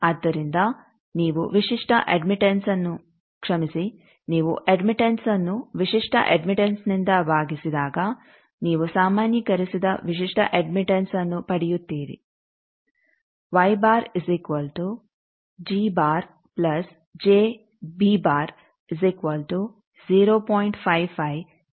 ಆದ್ದರಿಂದ ನೀವು ವಿಶಿಷ್ಟ ಅಡ್ಮಿಟಂಸ್ ಅನ್ನು ಕ್ಷಮಿಸಿ ನೀವು ಅಡ್ಮಿಟಂಸ್ ಅನ್ನು ವಿಶಿಷ್ಟ ಅಡ್ಮಿಟಂಸ್ ನಿಂದ ಭಾಗಿಸಿದಾಗ ನೀವು ಸಾಮಾನ್ಯೀಕರಿಸಿದ ವಿಶಿಷ್ಟ ಅಡ್ಮಿಟಂಸ್ ಅನ್ನು ಪಡೆಯುತ್ತೀರಿ